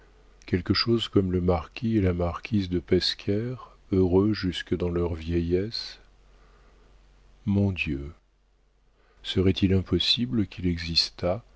quelque chose comme le marquis et la marquise de pescaire heureux jusque dans leur vieillesse mon dieu serait-il impossible qu'il existât